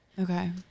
Okay